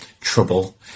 trouble